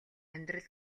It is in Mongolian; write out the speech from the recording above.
амьдрал